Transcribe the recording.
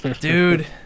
Dude